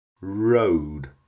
road